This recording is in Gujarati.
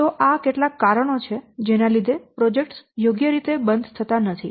તો આ કેટલાક કારણો છે જેના લીધે પ્રોજેક્ટ્સ યોગ્ય રીતે બંધ થતા નથી